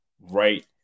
right